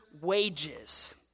wages